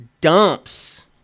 dumps